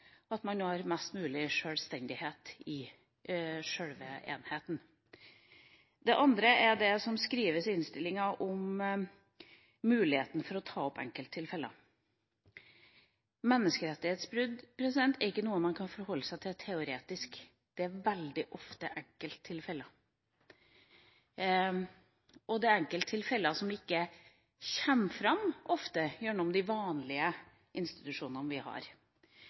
at man har mest mulig sjølstendighet i sjølve enheten. Det andre er det som skrives i innstillinga om muligheten for å ta opp enkelttilfeller. Menneskerettighetsbrudd er ikke noe man kan forholde seg teoretisk til. Det er veldig ofte enkelttilfeller, og det er enkelttilfeller som ofte ikke kommer fram gjennom de vanlige institusjonene vi har.